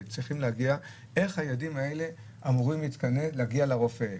איך הילדים האלה אמורים להגיע לרופא,